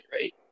right